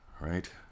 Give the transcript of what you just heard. right